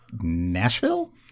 Nashville